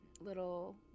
little